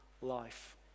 life